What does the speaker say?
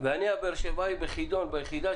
ואני הבאר שבעי בחידון על ירושלים ביחידה